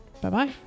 Bye-bye